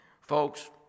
Folks